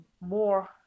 more